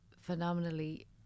phenomenally